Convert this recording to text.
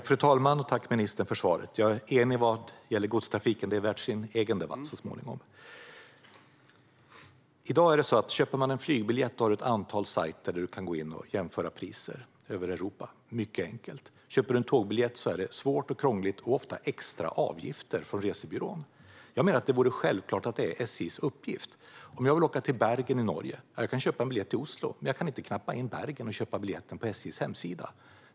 Fru talman! Tack, ministern, för svaret! Jag är enig vad gäller godstrafiken - den är värd sin egen debatt så småningom. I dag, när man köper en flygbiljett, har man ett antal sajter där man kan gå in och jämföra priser över Europa, mycket enkelt. Men om man köper en tågbiljett är det svårt och krångligt och ofta extra avgifter från resebyrån. Jag menar att detta självklart borde vara en uppgift för SJ. Om jag vill åka till Bergen i Norge kan jag köpa en biljett till Oslo, men jag kan inte knappa in Bergen och köpa biljetten på SJ:s hemsida.